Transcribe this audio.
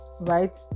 right